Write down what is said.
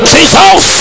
Jesus